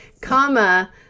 comma